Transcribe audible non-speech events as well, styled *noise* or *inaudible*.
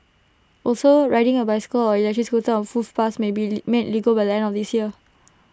also riding A bicycle or electric scooter on footpaths may be *noise* made legal by the end of this year